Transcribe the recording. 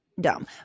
dumb